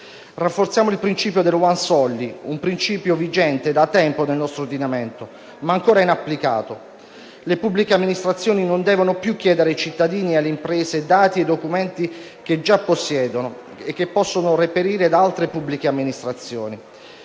Rafforziamo il principio del *once only*, un principio vigente da tempo nel nostro ordinamento, ma ancora inapplicato. Le pubbliche amministrazioni non devono più chiedere ai cittadini e alle imprese dati e documenti che già possiedono e che possono reperire da altre pubbliche amministrazioni.